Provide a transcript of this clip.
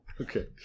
Okay